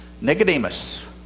Nicodemus